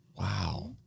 Wow